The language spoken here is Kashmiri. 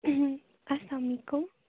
اسلام علیکُم